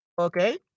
Okay